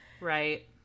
Right